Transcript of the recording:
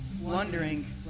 wondering